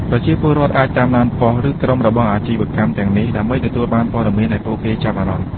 ប្រជាពលរដ្ឋអាច តាមដានប៉ុស្តិ៍ ឬក្រុមរបស់អាជីវកម្មទាំងនេះ ដើម្បីទទួលបានព័ត៌មានដែលពួកគេចាប់អារម្មណ៍។